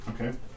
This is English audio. Okay